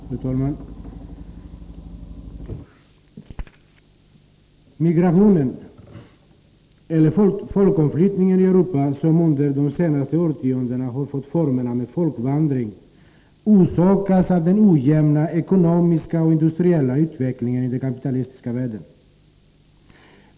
Fru talman! Migrationen eller folkomflyttningen i Europa, som under de senaste årtiondena har fått formen av en folkvandring, orsakas av den ojämna ekonomiska och industriella utvecklingen i den kapitalistiska världen.